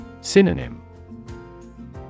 Synonym